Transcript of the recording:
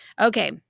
Okay